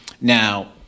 Now